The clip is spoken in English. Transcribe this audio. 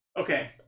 Okay